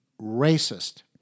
racist